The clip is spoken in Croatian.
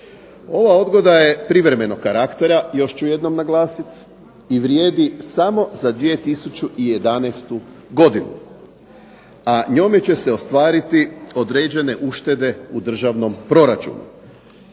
Ova odgoda je privremenog karaktera, još ću jednom naglasiti, i vrijedi samo za 2011. godinu, a njome će se ostvariti određene uštede u državnom proračunu.